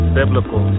biblical